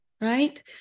right